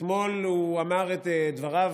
אתמול הוא אמר את דבריו,